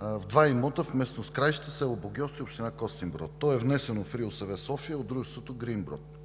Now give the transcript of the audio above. в два имота в местност Краище, село Богьовци, община Костинброд. То е внесено в РИОСВ – София, от дружеството „Грийн брод“.